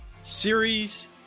series